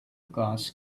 glass